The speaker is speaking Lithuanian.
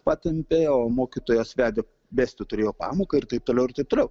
patempė o mokytojos vedė vesti turėjo pamoką ir taip toliau ir taip toliau